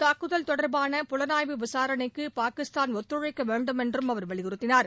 தூக்குதல் தொடர்பான புலனாய்வு விசாரணைக்கு பாகிஸ்தான் ஒத்தழைக்கவேண்டும் என்றும் அவர் வலியுறுத்தினார்